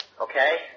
okay